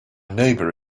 neighbour